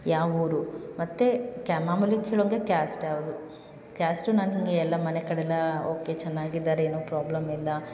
ಯಾವ ಊರು ಮತ್ತು ಕ್ಯ ಮಾಮೂಲಿ ಕೇಳೊಂಗೆ ಕ್ಯಾಸ್ಟ್ ಯಾವುದು ಕ್ಯಾಸ್ಟು ನಾನು ಹೀಗೆ ಎಲ್ಲ ಮನೆ ಕಡೆ ಎಲ್ಲ ಓಕೆ ಚೆನ್ನಾಗಿದ್ದಾರೆ ಏನೂ ಪ್ರಾಬ್ಲಮ್ ಇಲ್ಲ